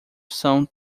são